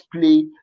play